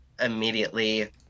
immediately